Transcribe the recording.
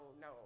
no